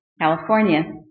California